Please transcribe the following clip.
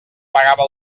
pagava